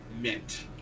Mint